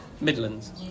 midlands